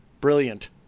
brilliant